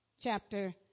chapter